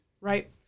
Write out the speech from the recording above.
Right